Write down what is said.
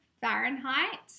Fahrenheit